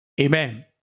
Amen